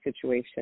situation